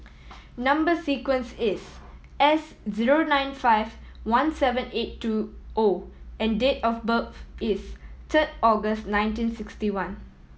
number sequence is S zero nine five one seven eight two O and date of birth is third August nineteen sixty one